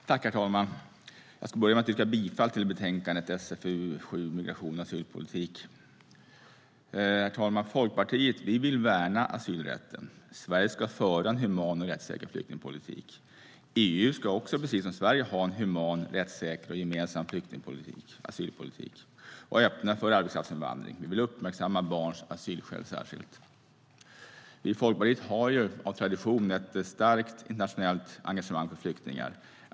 Herr talman! Jag ska börja med att yrka bifall till förslaget i betänkandet SfU7 Migration och asylpolitik . Herr talman! Folkpartiet vill värna asylrätten. Sverige ska föra en human och rättssäker flyktingpolitik. EU ska precis som Sverige ha en human, rättssäker och gemensam asylpolitik och öppna för arbetskraftsinvandring. Vi vill särskilt uppmärksamma barns asylskäl. Vi i Folkpartiet har av tradition ett starkt internationellt engagemang för flyktingar.